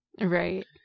Right